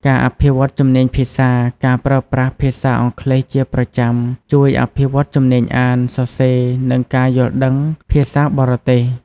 ការអភិវឌ្ឍជំនាញភាសា ការប្រើប្រាស់ភាសាអង់គ្លេសជាប្រចាំជួយអភិវឌ្ឍជំនាញអាន សរសេរ និងការយល់ដឹងភាសាបរទេស។